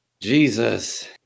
Jesus